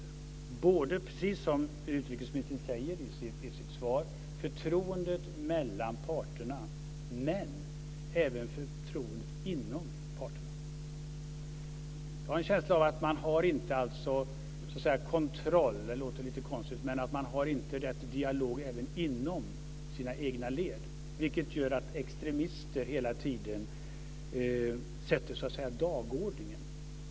Det gäller både, precis som utrikesministern säger i sitt svar, förtroendet mellan parterna och förtroendet i de egna leden. Jag har en känsla av att man inte har kontroll. Det låter lite konstigt, men jag tror inte att man har rätt dialog heller i de egna leden, vilket gör att extremister hela tiden sätter dagordningen.